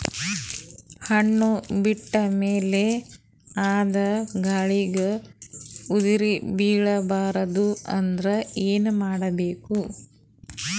ಹಣ್ಣು ಬಿಟ್ಟ ಮೇಲೆ ಅದ ಗಾಳಿಗ ಉದರಿಬೀಳಬಾರದು ಅಂದ್ರ ಏನ ಮಾಡಬೇಕು?